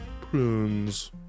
prunes